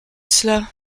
cela